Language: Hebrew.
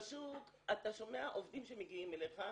בשוק אתה שומע עובדים שמגיעים אליך,